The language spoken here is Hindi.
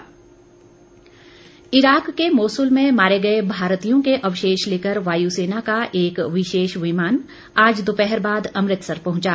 अवशेष इराक के मोसुल में मारे गए भारतीयों के अवशेष लेकर वायुसेना का एक विशेष विमान आज दोपहर बाद अमृतसर पहुंचा